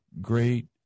great